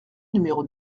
numéro